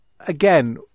again